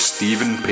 Stephen